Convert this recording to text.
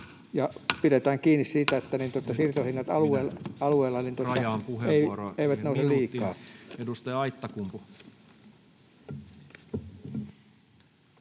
pidetään kiinni siitä, että siirtohinnat alueilla eivät nouse liikaa.